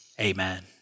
Amen